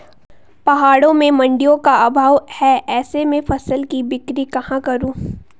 पहाड़ों में मडिंयों का अभाव है ऐसे में फसल की बिक्री कहाँ करूँ?